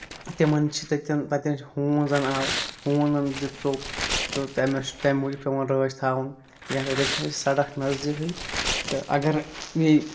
تِمن چھِ تَتٮ۪ن تتٮ۪ن چھُ ہوٗن زن آو ہونن دیُت ژوٚپ تہٕ تَمہِ موٗجوٗب چھُ پیوان رٲثھ یا تہِ گژھِ ہے سَڑک نزدیٖکٕے تہٕ اَگر یہِ